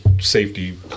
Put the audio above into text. safety